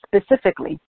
specifically